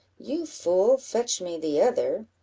you fool, fetch me the other,